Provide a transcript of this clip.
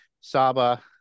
Saba